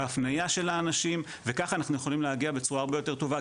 בהפניה של האנשים וככה אנחנו יכולים להגיע בצורה הרבה יותר טובה,